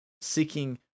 seeking